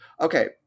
Okay